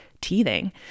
teething